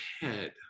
head